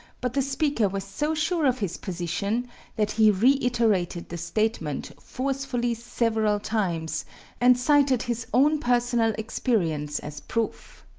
but the speaker was so sure of his position that he reiterated the statement forcefully several times and cited his own personal experience as proof.